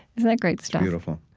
isn't that great stuff? beautiful.